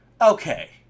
Okay